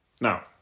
Now